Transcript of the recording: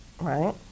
right